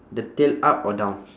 the tail up or down